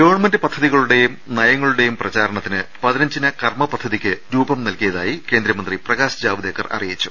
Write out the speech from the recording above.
government പദ്ധതികളുടേയും നയങ്ങളുടേയും പ്രചാർണത്തിന് പതിന ഞ്ചിന കർമ്മ പദ്ധതിക്ക് രൂപം നൽകിയതായി കേന്ദ്ര മന്ത്രി പ്രകാശ് ജാവ്ദേക്കർ അറിയിച്ചു